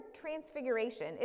transfiguration